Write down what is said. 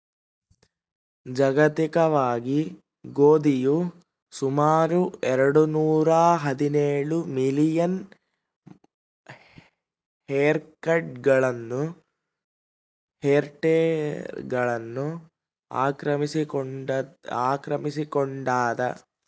ಜಾಗತಿಕವಾಗಿ ಗೋಧಿಯು ಸುಮಾರು ಎರೆಡು ನೂರಾಹದಿನೇಳು ಮಿಲಿಯನ್ ಹೆಕ್ಟೇರ್ಗಳನ್ನು ಆಕ್ರಮಿಸಿಕೊಂಡಾದ